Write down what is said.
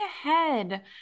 ahead